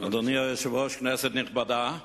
היושב-ראש, כנסת נכבדה,